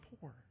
poor